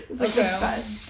Okay